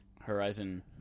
Horizon